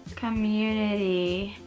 community.